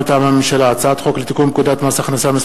מטעם הממשלה: הצעת חוק לתיקון פקודת מס הכנסה (מס'